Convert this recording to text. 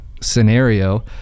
scenario